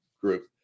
group